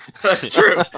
True